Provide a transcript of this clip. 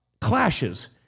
clashes